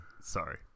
sorry